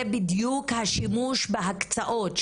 זה בדיוק השימוש בהקצאות.